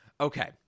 okay